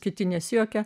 kiti nesijuokia